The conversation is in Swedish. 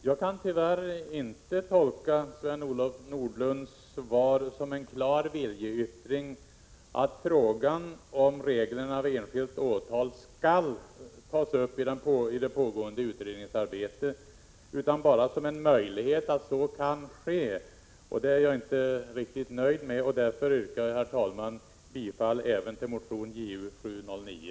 Herr talman! Jag kan tyvärr inte tolka Sven-Olof Nordlunds svar som en klar viljeyttring att frågan om reglerna vid enskilt åtal skall tas upp i det pågående utredningsarbetet utan bara som en möjlighet att så kan ske. Det är jaginte riktigt nöjd med. Därför yrkar jag, herr talman, bifall även till motion Ju709.